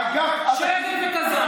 אגף התקציבים, שקר וכזב.